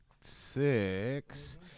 six